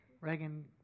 Reagan